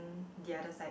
the other side